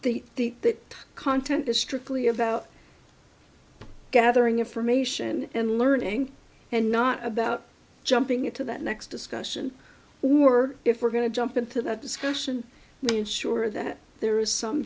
the content is strictly about gathering information and learning and not about jumping into that next discussion we're if we're going to jump into that discussion and sure that there is some